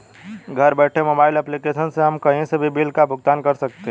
घर बैठे mobile application से हम कही से भी बिल का भुगतान कर सकते है